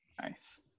Nice